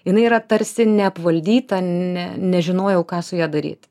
jinai yra tarsi neapvaldyta ne nežinojau ką su ja daryt